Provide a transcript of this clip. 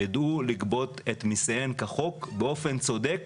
ידעו לגבות את מסיהן כחוק באופן צודק